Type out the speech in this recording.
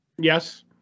Yes